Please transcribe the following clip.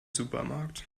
supermarkt